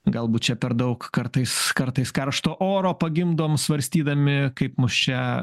galbūt čia per daug kartais kartais karšto oro pagimdom svarstydami kaip mus čia